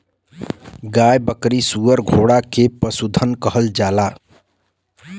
गाय बकरी सूअर घोड़ा के पसुधन कहल जाला